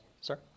sir